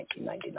1999